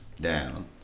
down